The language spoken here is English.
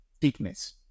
thickness